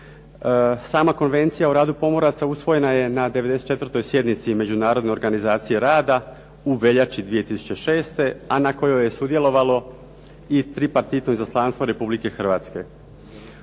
Sama konvencija o radu pomoraca usvojena je na 94. sjednici Međunarodne organizacije rada u veljači 2006., a na kojoj je sudjelovalo i tripartitno izaslanstvo Republike Hrvatske.